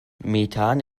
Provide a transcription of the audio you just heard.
methan